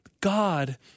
God